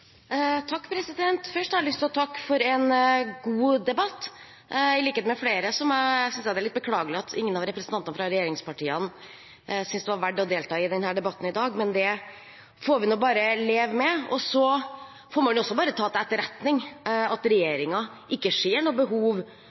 Først har jeg lyst til å takke for en god debatt. I likhet med flere synes jeg det er litt beklagelig at ingen av representantene fra regjeringspartiene syntes det var verdt å delta i denne debatten i dag. Men det får vi nå bare leve med, og så får man også bare ta til etterretning at regjeringen ikke ser noe behov